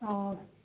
অঁ